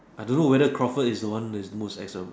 I don't know whether Crawford is the one that is most ex one